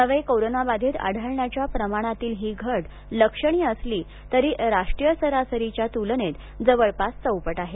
नवे कोरोनाबाधित आढळण्याच्या प्रमाणातली ही घट लक्षणीय असली तरी राष्ट्रीय सरासरीच्या तुलनेत जवळपास चौपट आहे